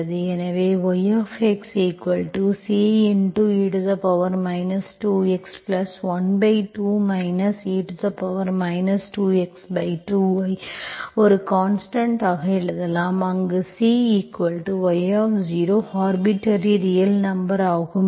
எனவே yxCe 2x12 e 2x2 ஐ ஒரு கான்ஸ்டன்ட் ஆக எழுதலாம் அங்கு Cy ஆர்பிட்டர்ரி ரியல் நம்பர் ஆகும்